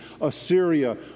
Assyria